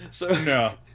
No